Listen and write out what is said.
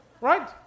Right